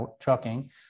trucking